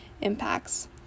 impacts